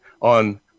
on